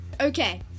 Okay